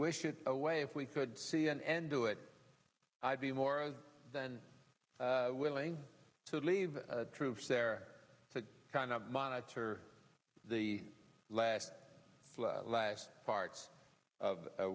wish it away if we could see an end to it i'd be more than willing to leave troops there to kind of monitor the last live parts of a